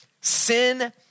sin